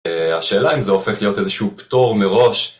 השאלה אם זה הופך להיות איזשהו פטור מראש.